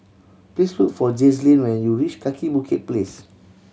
please look for Jazlene when you reach Kaki Bukit Place